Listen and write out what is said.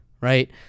right